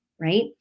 right